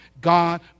God